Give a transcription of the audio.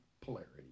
polarity